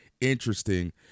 interesting